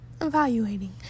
evaluating